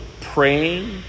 praying